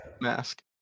mask